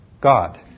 God